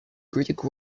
greek